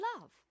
love